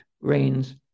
rains